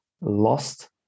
lost